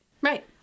right